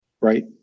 right